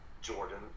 jordan